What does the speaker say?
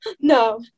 No